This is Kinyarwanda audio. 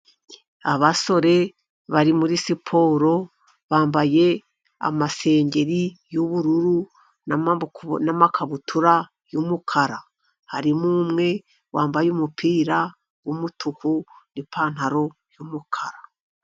Abasore bari muri siporo bambaye amasengeri y'ubururu n'amakabutura y'umukara. Harimo umwe wambaye umupira w'umutuku n'ipantaro y'umukara.